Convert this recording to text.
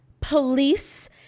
police